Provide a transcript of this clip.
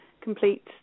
complete